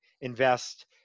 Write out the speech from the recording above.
invest